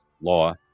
law